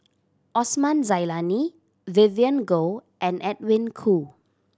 Osman Zailani Vivien Goh and Edwin Koo